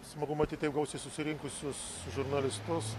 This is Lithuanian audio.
smagu matyt taip gausiai susirinkusius žurnalistus